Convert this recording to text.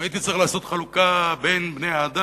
אם הייתי צריך לעשות חלוקה בין בני-האדם,